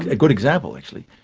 a good example actually.